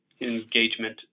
engagement